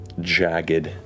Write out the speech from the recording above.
jagged